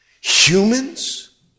Humans